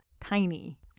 tiny